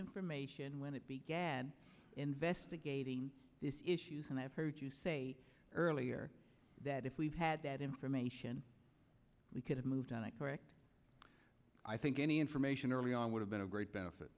information when it began investigating this issues and i've heard you say earlier that if we've had that information we could have moved on and correct i think any information early on would have been a great benefit